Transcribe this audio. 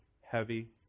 heavy